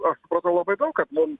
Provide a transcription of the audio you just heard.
aš supratau labai daug kad mum